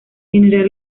general